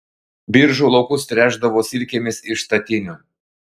biržų laukus tręšdavo silkėmis iš statinių